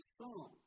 song